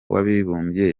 w’abibumbye